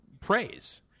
praise